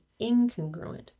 incongruent